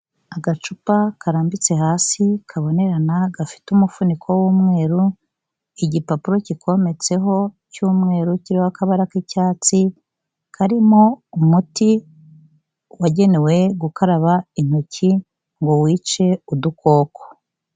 Agacupa karambitse hasi kabonerana gafite umufuniko w'umweru, igipapuro cyikometseho cy'umweru kiriho akabara k'icyatsi, karimo umuti wagenewe gukaraba intoki ngo wice udukoko.